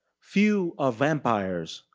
few are vampires,